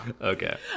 Okay